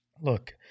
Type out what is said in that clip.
Look